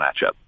matchup